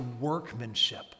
workmanship